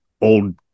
old